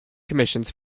commissions